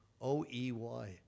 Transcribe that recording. O-E-Y